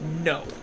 No